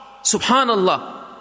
Subhanallah